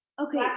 Okay